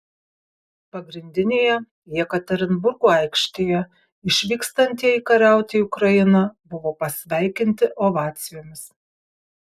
pagrindinėje jekaterinburgo aikštėje išvykstantieji kariauti į ukrainą buvo pasveikinti ovacijomis